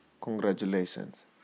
Congratulations